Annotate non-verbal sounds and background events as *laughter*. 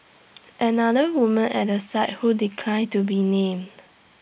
*noise* another woman at the site who declined to be named